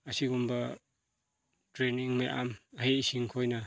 ꯑꯁꯤꯒꯨꯝꯕ ꯇ꯭ꯔꯦꯟꯅꯤꯡ ꯃꯌꯥꯝ ꯑꯍꯩ ꯑꯁꯤꯡ ꯈꯣꯏꯅ